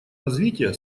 развития